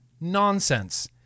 Nonsense